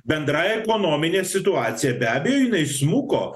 bendra ekonominė situacija be abejo jinai smuko